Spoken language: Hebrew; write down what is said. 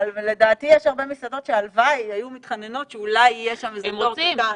לדעתי יש הרבה מסעדות שהיו מתחננות שאולי יהיה שם איזה תור קטן.